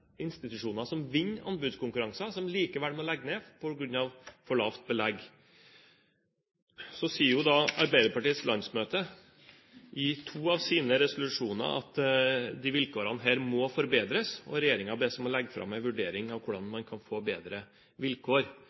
som vinner anbudskonkurranser, likevel må legge ned på grunn av for lavt belegg. Så sier Arbeiderpartiets landsmøte i to av sine resolusjoner at disse vilkårene må forbedres, og regjeringen bes om å legge fram en vurdering av hvordan man kan få bedre vilkår.